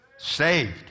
Saved